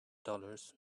dollars